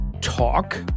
talk